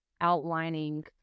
outlining